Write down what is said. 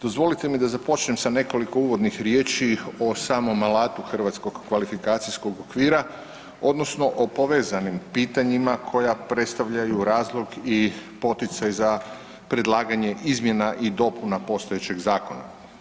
Dozvolite mi da započnem sa nekoliko uvodnih riječi o samom alatu hrvatskog kvalifikacijskog okvira odnosno o povezanim pitanjima koja predstavljaju razlog i poticaj za predlaganje izmjena i dopuna postojećeg zakona.